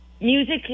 Music